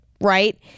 right